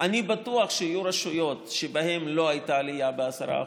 אני בטוח שיהיו רשויות שבהן לא הייתה עלייה ב-10%,